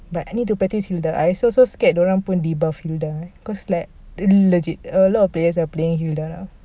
but I need to practise hilda I so so scared dia orang pun debuff hilda eh cause it's like legit a lot of players are playing hilda